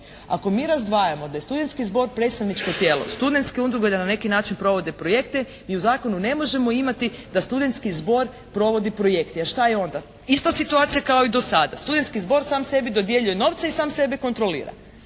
Ako mi razdvajamo da je studentski zbor predstavničko tijelo studentske udruge da na neki način provode projekte i u zakonu ne možemo imati da studentski zbor provodi projekte. Jer šta je onda? Ista situacija kao i do sada. Studentski zbor sam sebi dodjeljuje novce i sam sebe kontrolira.